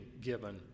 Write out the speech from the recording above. given